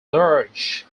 large